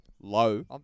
Low